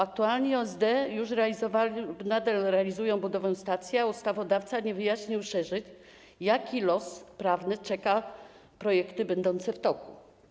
Aktualnie OSD już zrealizowały lub nadal realizują budowę stacji, a ustawodawca nie wyjaśnił szerzej, jaki los prawny czeka projekty będące w toku.